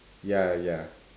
ya ya